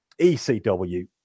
ECW